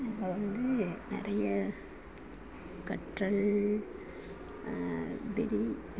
அதில் வந்து நிறைய கற்றல்